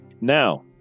Now